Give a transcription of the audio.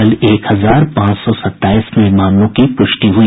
कल एक हजार पांच सौ सत्ताईस नये मामलों की पुष्टि हुई